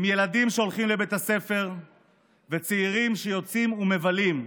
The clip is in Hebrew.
עם ילדים שהולכים לבית הספר וצעירים שיוצאים ומבלים,